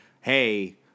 Hey